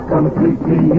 completely